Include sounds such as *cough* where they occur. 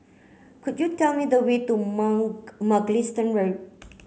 could you tell me the way to *unintelligible* Mugliston Road